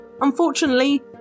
Unfortunately